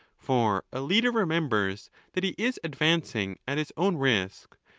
for a leader remembers that he is advancing at his own risk,